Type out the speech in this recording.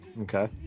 okay